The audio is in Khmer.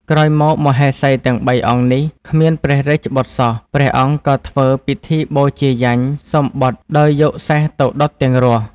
ក្រោយមក មហេសីទាំងបីអង្គនេះ គ្មាន ព្រះរាជ្យបុត្រសោះ ព្រះអង្គក៏ធ្វើពិធីបូជាយញ្ញសុំបុត្រដោយយកសេះទៅដុតទាំងរស់។